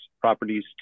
properties